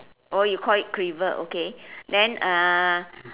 oh you call it cleaver okay then uh